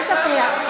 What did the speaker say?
אל תפריע.